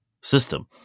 system